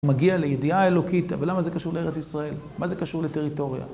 מגיע לידיעה האלוקית, אבל למה זה קשור לארץ ישראל? מה זה קשור לטריטוריה?